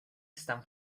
están